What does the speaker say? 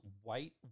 white